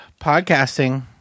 Podcasting